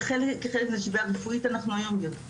זה שהיא בעיה רפואית אנחנו יודעים,